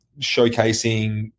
showcasing